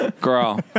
Girl